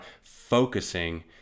focusing